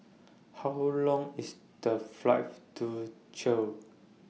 How Long IS The Flight to chill